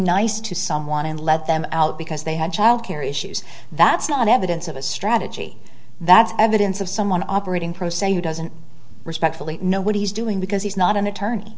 nice to someone and let them out because they had child care issues that's not evidence of a strategy that's evidence of someone operating procedure who doesn't respectfully know what he's doing because he's not an attorney